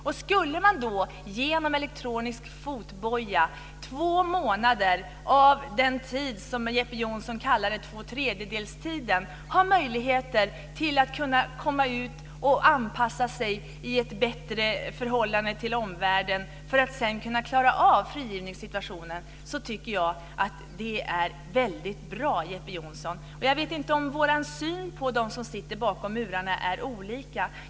Och skulle man då genom elektronisk fotboja ha möjlighet att under två månader av den tid som Jeppe Johnsson kallade tvåtredjedelstiden komma ut och anpassa sig bättre till omvärlden för att sedan kunna klara av frigivningssituationen, så tycker jag att det är väldigt bra, Jeppe Jag vet inte om vår syn på dem som sitter bakom murarna är olika.